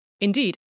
Indeed